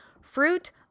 Fruit